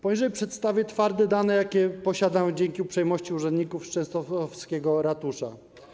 Poniżej przedstawię twarde dane, jakie posiadam dzięki uprzejmości urzędników częstochowskiego ratusza.